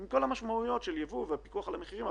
עם כל המשמעויות של ייבוא ופיקוח על המחירים,